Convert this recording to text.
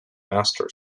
master